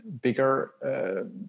bigger